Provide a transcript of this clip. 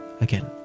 again